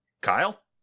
Kyle